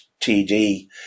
TD